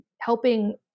helping